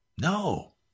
No